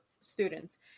students